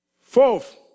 Fourth